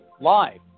live